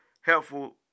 helpful